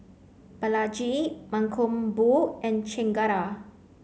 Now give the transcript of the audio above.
Balaji Mankombu and Chengara